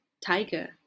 tiger